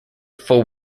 full